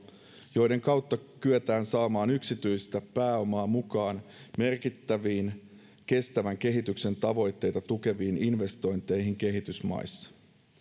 joiden kautta kyetään saamaan yksityistä pääomaa mukaan merkittäviin kestävän kehityksen tavoitteita tukeviin investointeihin kehitysmaissa